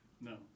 No